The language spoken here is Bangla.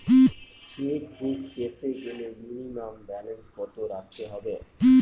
চেকবুক পেতে গেলে মিনিমাম ব্যালেন্স কত রাখতে হবে?